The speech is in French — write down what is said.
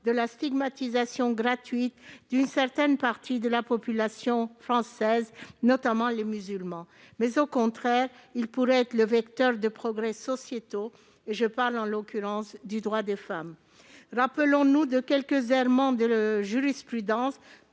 de la stigmatisation gratuite d'une certaine partie de la population française, notamment des musulmans. Au contraire, il devrait être vecteur de progrès sociétaux, en l'occurrence en matière de droit des femmes. Souvenons-nous de quelques errements de la jurisprudence,